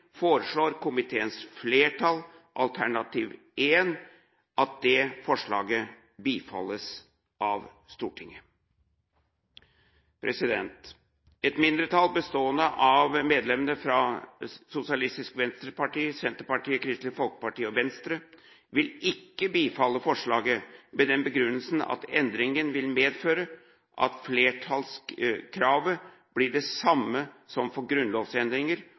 foreslår komiteens flertall at alternativ 1 i forslaget bifalles av Stortinget. Et mindretall, bestående av medlemmene fra Sosialistisk Venstreparti, Senterpartiet, Kristelig Folkeparti og Venstre, vil ikke bifalle forslaget med den begrunnelsen at endringen vil medføre at flertallskravet blir det samme som for grunnlovsendringer,